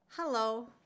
Hello